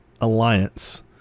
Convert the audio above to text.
alliance